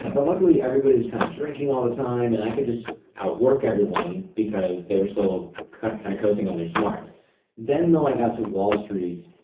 but luckily, everybody was kind of drinking all the time, and i could just out-work everyone because they were still kind of coasting on their smarts then though, i got to wall street,